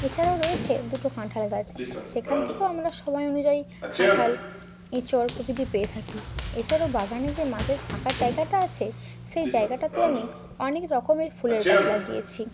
এছাড়াও রয়েছে দুটো কাঁঠাল গাছ সেখান থেকেও আমরা সময় অনুযায়ী কাঁঠাল এঁচোড় প্রভৃতি পেয়ে থাকি এছাড়াও বাগানে যে মাঝের ফাঁকা জায়গাটা আছে সেই জায়গাটাতে আমি অনেক রকমের ফুলের গাছ লাগিয়েছি